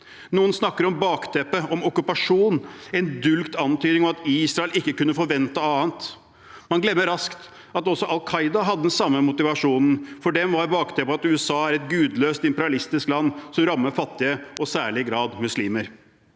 Noen snakker om bakteppet, om okkupasjon, noe som er en dulgt antydning om at Israel ikke kunne forvente noe annet. Man glemmer raskt at også Al Qaida hadde den samme motivasjonen. For dem var bakteppet at USA er et gudløst og imperialistisk land som rammer fattige og i særlig grad muslimer.